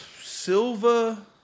Silva